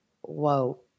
Whoa